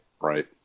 right